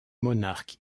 monarque